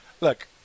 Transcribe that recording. Look